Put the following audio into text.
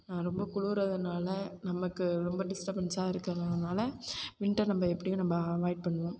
ரொம்ப குளுருதனால நமக்கு ரொம்ப டிஸ்டபென்ஸாக இருக்கறதனால் வின்டர் நம்ம எப்படியும் நம்ம அவாய்ட் பண்ணுவோம்